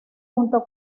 junto